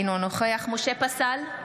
אינו נוכח משה פסל,